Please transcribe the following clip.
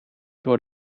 door